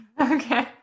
Okay